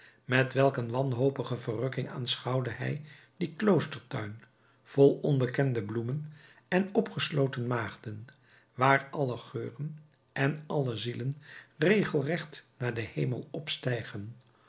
met welk een wanhopige verrukking aanschouwde hij dien kloostertuin vol onbekende bloemen en opgesloten maagden waar alle geuren en alle zielen regelrecht naar den hemel opstijgen